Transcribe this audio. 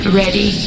ready